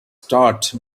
start